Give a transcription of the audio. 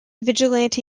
vigilante